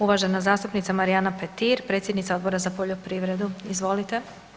Uvažena zastupnica Marijana Petir, predsjednica Odbora za poljoprivredu, izvolite.